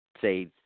say